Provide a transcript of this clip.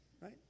right